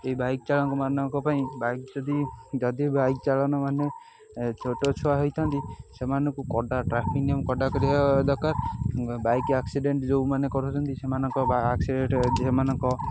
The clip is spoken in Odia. ଏ ବାଇକ ଚାଳମାନାନଙ୍କ ପାଇଁ ବାଇକ ଯଦି ଯଦି ବାଇକ ଚାଳକ ମାନେ ଛୋଟ ଛୁଆ ହୋଇଥାନ୍ତି ସେମାନଙ୍କୁ କଡ଼ା ଟ୍ରାଫିକ୍ ନିୟମ କଡ଼ା କରିବା ଦରକାର ବାଇକ ଆକ୍ସିଡେଣ୍ଟ ଯୋଉମାନେ କରୁଛନ୍ତି ସେମାନଙ୍କ ଆକ୍ସିଡେଣ୍ଟ ସେମାନଙ୍କ